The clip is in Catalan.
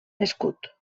escut